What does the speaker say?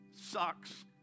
sucks